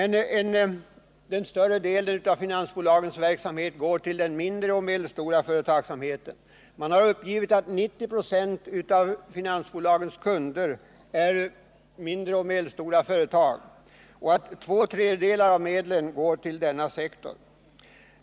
Den större delen av finansbolagens verksamhet går dock till den mindre och medelstora företagsamheten. Det har uppgivits att 90 20 av finansbolagens kunder är mindre och medelstora företag och att två tredjedelar av medlen går till denna sektor.